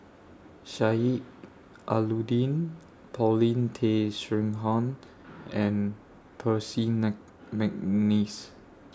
Sheik Alau'ddin Paulin Tay Straughan and Percy MC Mcneice